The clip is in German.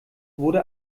wurde